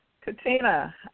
Katina